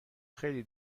خیلی